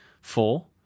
Four